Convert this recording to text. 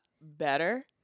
better